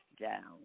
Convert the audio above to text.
down